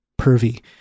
Pervy